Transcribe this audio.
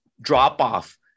drop-off